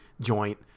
joint